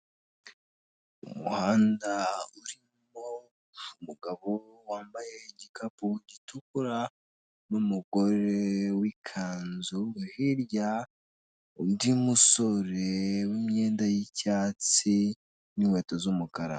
Umuhanda urimo umugabo wambaye igikapu gitukura n'umugore wikanzu hirya undi musore wimyenda y'icyatsi n'inkweto z'umukara .